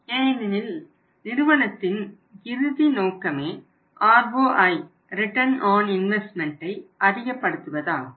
ஏனெனில் நிறுவனத்தின் இறுதி நோக்கமே ROIஐ ரிட்டன் ஆன் இன்வெஸ்ட்மெண்ட்டை அதிகப்படுத்துவதாகும்